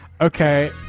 okay